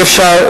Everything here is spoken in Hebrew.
אי-אפשר,